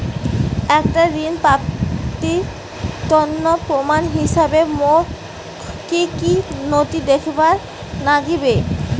একটা ঋণ প্রাপ্তির তন্ন প্রমাণ হিসাবে মোক কী কী নথি দেখেবার নাগিবে?